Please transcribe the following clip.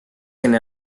enne